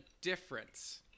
difference